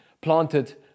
planted